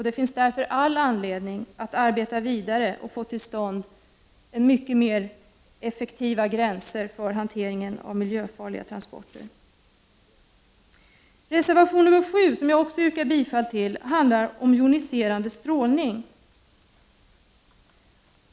De finns därför all anledning att arbeta vidare och få till stånd mycket mera effektiva gränser för hanteringen av miljöfarliga transporter. Reservation 7, som jag också yrkar bifall till, handlar om joniserande strålning.